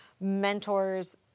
mentors